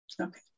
Okay